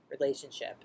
relationship